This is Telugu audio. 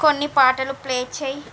కొన్ని పాటలు ప్లే చేయ్